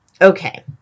okay